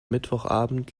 mittwochabend